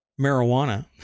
marijuana